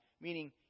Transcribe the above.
meaning